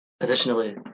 Additionally